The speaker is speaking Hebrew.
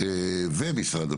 ומשרד הפנים,